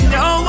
no